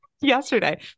yesterday